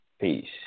Peace